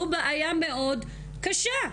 זו בעיה מאוד קשה.